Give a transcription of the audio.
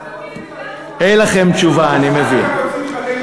אין לכם תשובה, אני מבין.